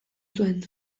zuen